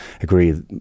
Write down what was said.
agree